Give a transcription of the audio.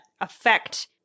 affect